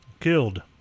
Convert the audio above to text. killed